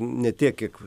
ne tiek kiek